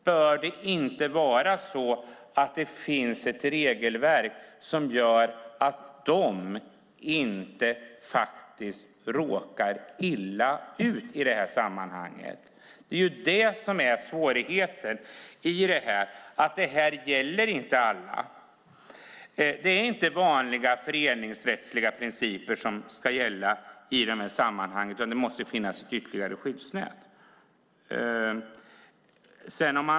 Bör det inte vara så att det finns ett regelverk som gör att de inte råkar illa ut i det här sammanhanget. Det är ju det som är svårigheten, att det här inte gäller alla. Det är inte vanliga föreningsrättsliga principer som ska gälla i de här sammanhangen utan det måste finnas ytterligare skyddsnät.